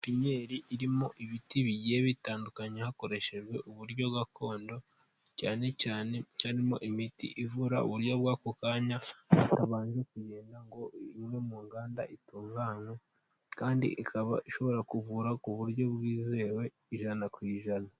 Pipiniere irimo ibiti bigiye bitandukanye hakoreshejwe uburyo gakondo cyane cyane harimo imiti ivura uburyo bw'ako kanya itabanje kugenda ngo inyure mu nganda itunganywa kandi ikaba ishobora kuvura ku buryo bwizewe ijana ku ijana.